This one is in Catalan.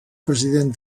president